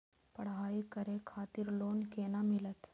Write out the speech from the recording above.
पढ़ाई करे खातिर लोन केना मिलत?